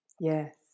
yes